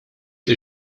lil